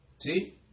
See